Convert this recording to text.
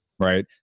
right